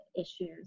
issues